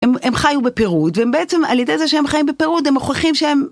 הם חיו בפירוד והם בעצם על ידי זה שהם חיים בפירוד הם מוכיחים שהם.